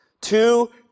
Two